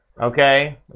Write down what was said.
Okay